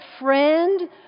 friend